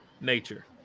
nature